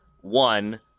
one